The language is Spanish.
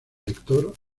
lector